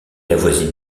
avoisine